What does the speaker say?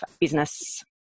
business